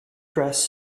dress